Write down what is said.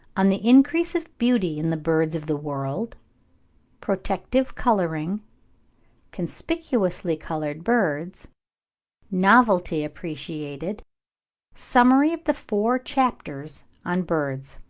on the increase of beauty in the birds of the world protective colouring conspicuously coloured birds novelty appreciated summary of the four chapters on birds.